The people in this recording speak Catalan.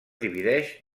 divideix